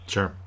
Sure